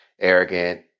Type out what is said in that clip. arrogant